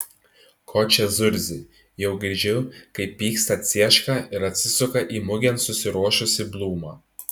ko čia zurzi jau girdžiu kaip pyksta cieška ir atsisuka į mugėn susiruošusį blūmą